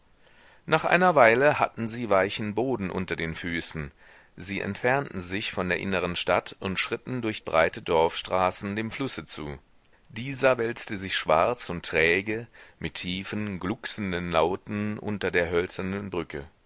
nach einer weile hatten sie weichen boden unter den füßen sie entfernten sich von der inneren stadt und schritten durch breite dorfstraßen dem flusse zu dieser wälzte sich schwarz und träge mit tiefen glucksenden lauten unter der hölzernen brücke